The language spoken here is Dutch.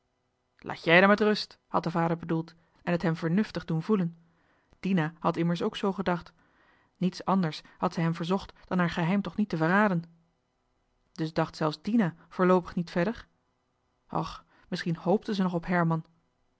laat jij d'er met rust had de vader bedoeld en het hem vernuftig doen voelen dina had immers ook zoo gedacht niets anders had zij hem verzocht dan haar geheim toch niet te verraden dus dacht zelfs dina voorloopig niet verder och misschien hpte ze nog op herman